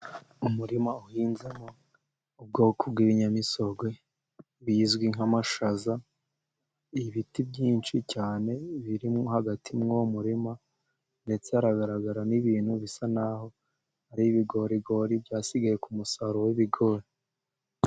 Umurima uhinzemo ubwoko bw'ibinyamisogwe bizwi nk'amashaza, ibiti byinshi cyane biri mo hagati muri uwo muririma, ndetse haragaragara n'ibintu bisa n'aho ari ibigorigori byasigaye ku musaruro w'ibigori.